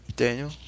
Daniel